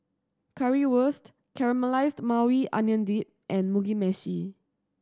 Currywurst Caramelized Maui Onion Dip and Mugi Meshi